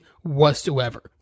whatsoever